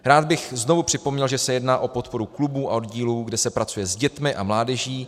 Rád bych znovu připomněl, že se jedná o podporu klubů a oddílů, kde se pracuje s dětmi a mládeží.